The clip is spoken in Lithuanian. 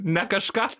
ne kažką